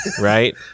Right